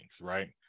right